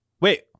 wait